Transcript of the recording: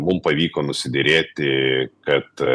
mum pavyko nusiderėti kad